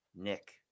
Nick